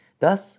Thus